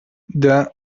der